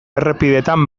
errepideetan